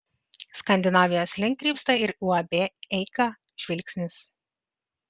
skandinavijos link krypsta ir uab eika žvilgsnis